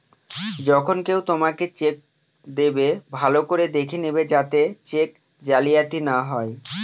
যখন কেউ তোমাকে চেক দেবে, ভালো করে দেখে নেবে যাতে চেক জালিয়াতি না হয়